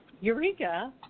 Eureka